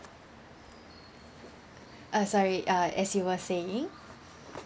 uh sorry uh as you were saying